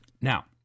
Now